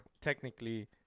technically